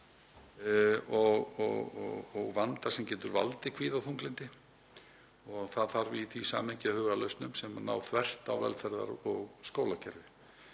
og vanda sem getur valdið kvíða og þunglyndi. Það þarf í því samhengi að huga að lausnum sem liggja þvert á velferðar- og skólakerfi.